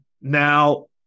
Now